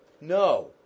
No